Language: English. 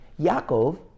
Yaakov